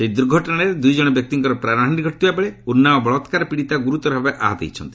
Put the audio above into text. ସେହି ଦୁର୍ଘଟଣାରେ ଦୁଇ ଜଣ ବ୍ୟକ୍ତିଙ୍କର ପ୍ରାଶହାନୀ ଘଟିଥିବା ବେଳେ ଉନ୍ନାଓ ବଳାକାର ପିଡ଼ିତା ଗୁରୁତର ଭାବେ ଆହତ ହୋଇଛନ୍ତି